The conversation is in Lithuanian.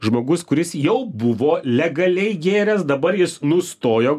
žmogus kuris jau buvo legaliai gėręs dabar jis nustojo